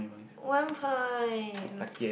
one point